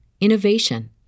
innovation